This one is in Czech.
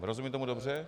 Rozumím tomu dobře?